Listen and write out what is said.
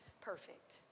perfect